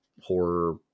horror